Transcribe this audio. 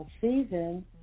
season